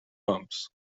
bumps